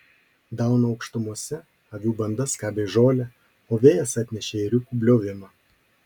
dauno aukštumose avių banda skabė žolę o vėjas atnešė ėriukų bliovimą